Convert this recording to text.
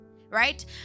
Right